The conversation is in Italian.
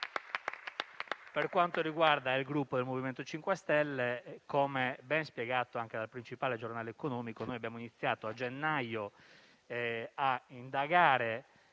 Per quanto riguarda il Gruppo MoVimento 5 Stelle - come ben spiegato anche dal principale giornale economico - abbiamo iniziato a gennaio a indagare